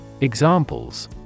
Examples